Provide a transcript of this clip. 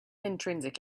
intrinsic